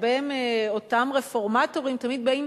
הרבה מאותם רפורמטורים תמיד באים